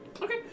Okay